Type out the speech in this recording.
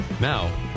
Now